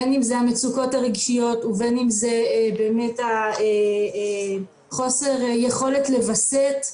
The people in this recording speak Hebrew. בין אם זה המצוקות הרגשיות ובין אם זה באמת חוסר יכולת לווסת,